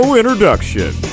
introduction